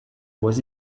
was